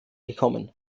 gekommen